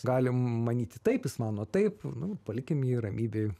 galim manyti taip jis mano taip nu palikim jį ramybėj